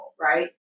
right